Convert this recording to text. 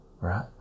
right